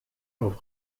auf